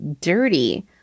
dirty